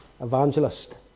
evangelist